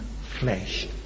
flesh